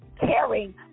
caring